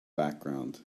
background